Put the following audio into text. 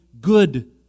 good